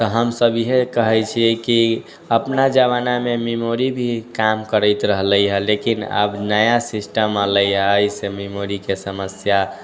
तऽ हमसब इहे कहै छियै कि अपना जमानामे मेमोरी भी काम करैत रहलै हऽ लेकिन आब नया सिस्टम एलै अइसे मेमोरीके समस्या